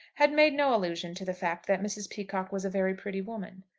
had made no allusion to the fact that mrs. peacocke was a very pretty woman.